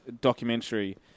documentary